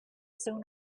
soon